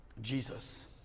Jesus